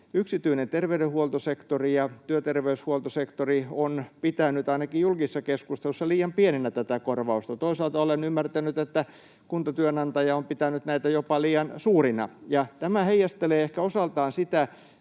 yksityinen terveydenhuoltosektori ja työterveyshuoltosektori ovat pitäneet ainakin julkisessa keskustelussa tätä korvausta liian pienenä. Toisaalta olen ymmärtänyt, että kuntatyönantaja on pitänyt näitä jopa liian suurina. Tämä heijastelee ehkä osaltaan sitä,